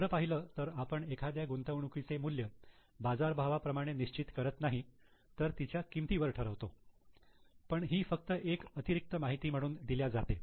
खरं पाहिलं तर आपण एखाद्या गुंतवणुकीचे मूल्य बाजारभावाप्रमाणे निश्चित करत नाही तर तिच्या किमतीवर ठरवतो पण ही फक्त एक अतिरिक्त माहिती म्हणून दिल्या जाते